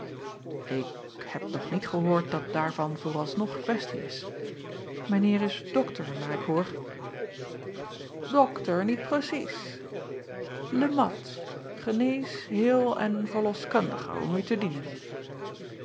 k heb niet gehoord dat daarvan vooralsnog questie is ijn eer is dokter naar ik hoor okter niet precies e at genees heel en verloskundige om u te dienen